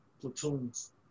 platoons